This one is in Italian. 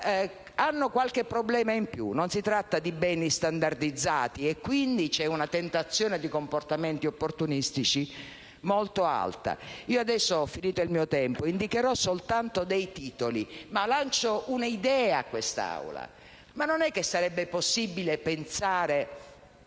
hanno qualche problema in più. Non si tratta di beni standardizzati e, quindi, c'è una tentazione di comportamenti opportunistici molto alta. Ora ho finito il tempo a mia disposizione e indicherò soltanto dei titoli, ma lancio un'idea a quest'Assemblea: non sarebbe possibile pensare